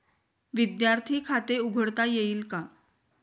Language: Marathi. विद्यार्थी खाते उघडता येईल का?